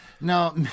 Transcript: Now